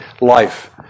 life